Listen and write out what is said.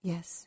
Yes